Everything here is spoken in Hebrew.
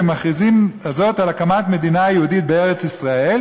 הם מכריזים בזאת על הקמת מדינה יהודית בארץ-ישראל,